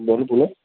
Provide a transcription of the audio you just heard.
બોલો બોલો